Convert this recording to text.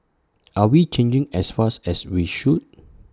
are we changing as fast as we should